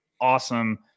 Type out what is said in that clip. awesome